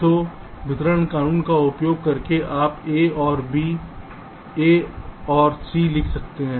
तो वितरण कानून का उपयोग करके आप a ओर b a ओर c लिख सकते हैं